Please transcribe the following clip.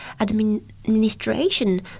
administration